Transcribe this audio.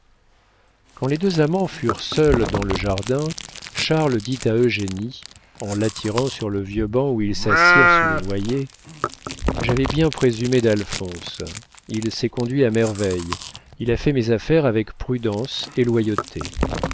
quand les deux amants furent seuls dans le jardin charles dit à eugénie en l'attirant sur le vieux banc où ils s'assirent sous le noyer j'avais bien présumé d'alphonse il s'est conduit à merveille il a fait mes affaires avec prudence et loyauté